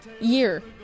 year